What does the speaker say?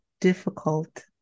difficult